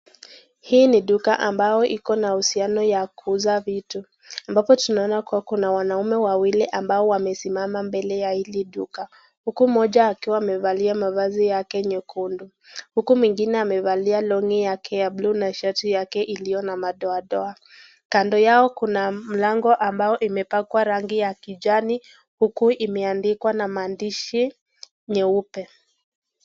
Hii ni duka ambao iko na uhusiano ya kuuza vitu, hapo tunaona kuwa kuna wanaume wawili ambao wamesimama mbele ya hili duka. Huku moja akiwaamevalia mavazi yake nyekundu huku mwingine amevalia longi yake ya buluu na shati yake iliyo na madoadoa. Kando yao kuna mlango ambaye imepakwa rangi ya kijani huku imeandikwa na maandishi nyeupe.